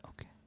Okay